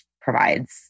provides